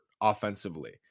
offensively